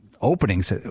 Openings